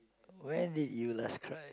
when did you last cry